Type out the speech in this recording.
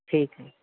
ਠੀਕ ਹੈ ਜੀ